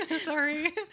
Sorry